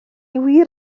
wir